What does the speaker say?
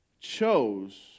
chose